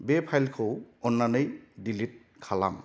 बे फाइलखौ अननानै डेलिट खालाम